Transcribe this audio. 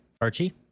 Archie